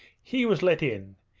he was let in!